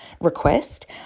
request